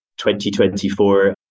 2024